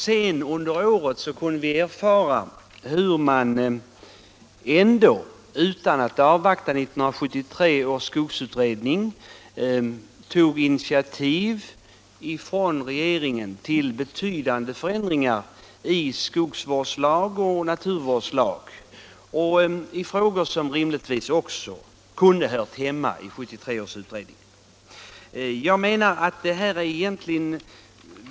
Senare under året kunde vi erfara hur regeringen ändå, utan att avvakta 1973 års skogsutredning, tog initiativ till betydande förändringar i skogsvårdslag och naturvårdslag — i frågor som också rimligtvis kunde ha hört hemma i 1973 års utredning.